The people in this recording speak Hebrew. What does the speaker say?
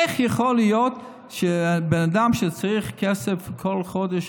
איך יכול להיות שבן אדם שצריך כסף כל חודש,